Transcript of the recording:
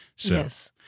Yes